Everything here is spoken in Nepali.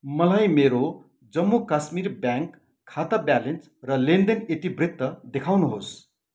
मलाई मेरो जम्मू काश्मीर ब्याङ्क खाता ब्यालेन्स र लेनदेन इतिवृत्त देखाउनुहोस्